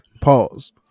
Pause